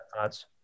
Thoughts